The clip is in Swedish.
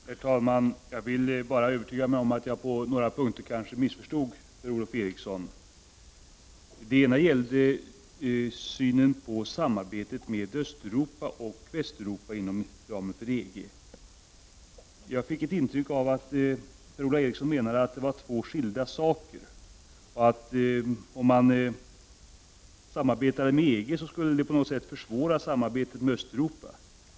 Herr talman! Jag vill bara övertyga mig om att jag på några punkter kanske missförstod Per-Ola Eriksson. Först gäller det synen på samarbetet med Östeuropa och samarbetet med Västeuropa inom ramen för EG. Jag fick ett intryck av att Per-Ola Eriksson menade att detta var två skilda saker, att om man samarbetar med EG så skulle det på något sätt försvåra samarbetet med Östeuropa.